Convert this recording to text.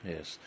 Yes